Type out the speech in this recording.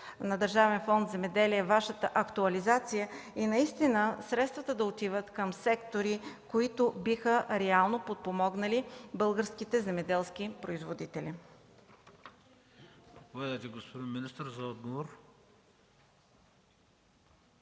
на Държавен фонд „Земеделие” за Вашата актуализация и наистина средствата да отиват към сектори, които реално биха подпомогнали българските земеделски производители?